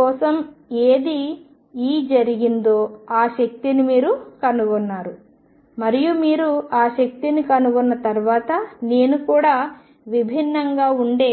మీ కోసం ఏది E జరిగిందో ఆ శక్తిని మీరు కనుగొన్నారు మరియు మీరు ఆ శక్తిని కనుగొన్న తర్వాత నేను కూడా విభిన్నంగా ఉండే